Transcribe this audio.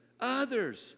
Others